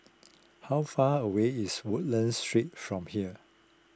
how far away is Woodlands Street from here